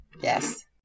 Yes